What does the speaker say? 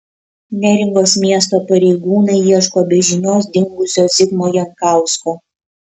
neringos miesto pareigūnai ieško be žinios dingusio zigmo jankausko